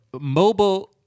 mobile